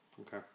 Okay